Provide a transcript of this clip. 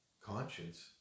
conscience